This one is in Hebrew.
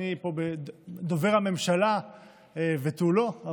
אני פה דובר הממשלה ותו לא,